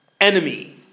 enemy